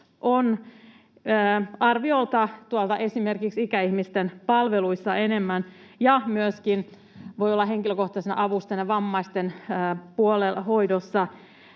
on arviolta esimerkiksi ikäihmisten palveluissa enemmän ja myöskin voi olla henkilökohtaisena avustajana vammaisten hoidossa,